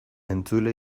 entzule